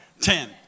Ten